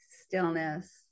stillness